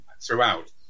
throughout